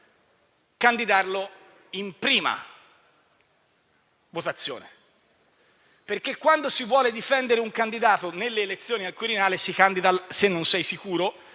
candidarlo in prima votazione. Infatti, quando si vuole difendere un candidato nelle elezioni al Quirinale, se non si è sicuri